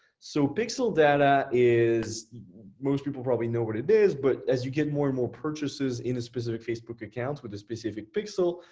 so pixel data is most people probably know what it is. but as you get more and more purchases in a specific facebook account with a specific pixel,